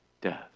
death